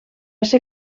ser